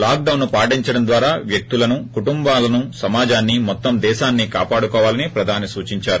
lock డౌన్ను పాటించడం ద్వారా వ్యక్తులను కుటుంబాలను సమాజాన్సి మొత్తం దేశాన్సి కాపాడుకోవాలని ప్రధాని సూచించారు